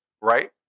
right